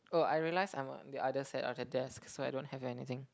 oh I realise I'm on the other side of the desk so I don't have anything